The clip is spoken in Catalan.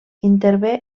intervé